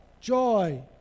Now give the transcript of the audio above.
joy